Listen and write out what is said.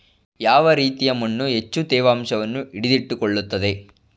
ಯಾವ ರೀತಿಯ ಮಣ್ಣು ಹೆಚ್ಚು ತೇವಾಂಶವನ್ನು ಹಿಡಿದಿಟ್ಟುಕೊಳ್ಳುತ್ತದೆ?